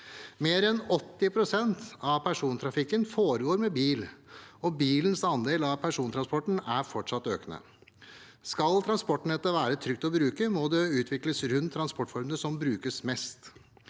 Mer enn 80 pst. av person trafikken foregår med bil, og bilens andel av persontransporten er fortsatt økende. Skal transportnettet være trygt å bruke, må det utvikles rundt transportformene som brukes mest.